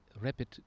rapid